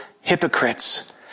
hypocrites